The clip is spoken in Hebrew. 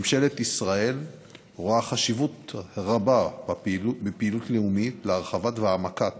ממשלת ישראל רואה חשיבות רבה בפעילות לאומית להרחבתו ולהעמקתו